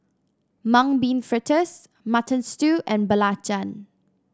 Mung Bean Fritters Mutton Stew and belacan